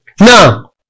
Now